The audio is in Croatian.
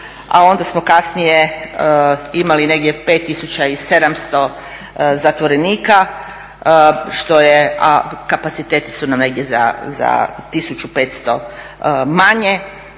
a onda smo kasnije imali negdje 5700 zatvorenika, a kapaciteti su nam negdje za 1500 manje.